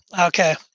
Okay